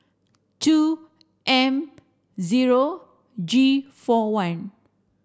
two M zero G four one